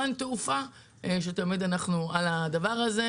ולכן אנחנו ניתן ללימור מגן תלם,